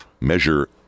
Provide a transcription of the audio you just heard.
measure